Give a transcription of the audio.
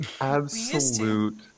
absolute